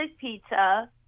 pizza